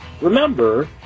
Remember